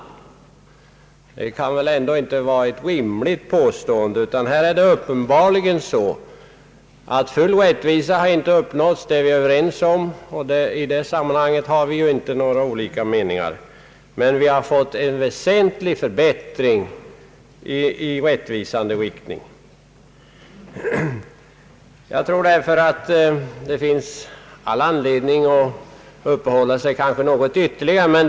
Det kan väl inte vara ett rimligt påstående herr Tistad gör. Här är det uppenbarligen så att full rättvisa inte har uppnåtts. Det är vi överens om. I det sammanhanget har vi alltså inte olika meningar. Men vi har fått en väsentlig förbättring mot större rättvisa. Jag tror därför att det finns all anledning att uppehålla sig ytterligare något vid denna fråga.